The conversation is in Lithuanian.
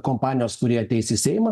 kompanijos kuri ateis į seimą